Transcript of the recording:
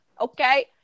okay